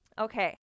Okay